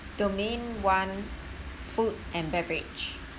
domain one food and beverage